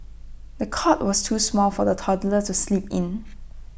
the cot was too small for the toddler to sleep in